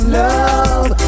love